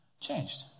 changed